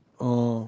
oh